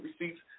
receipts